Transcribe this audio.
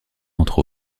entre